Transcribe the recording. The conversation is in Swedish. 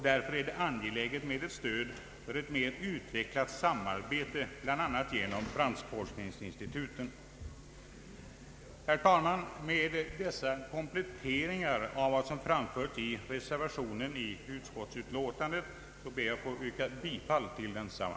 Därför är det angeläget med ett stöd till ett mer utvecklat samarbete bl.a. genom branschforskningsinstitutet. Herr talman! Med dessa kompletteringar av vad som har framförts i reservationen vid utskottsutlåtandet ber jag att få yrka bifall till densamma.